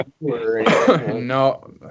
no